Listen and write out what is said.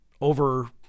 over